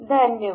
धन्यवाद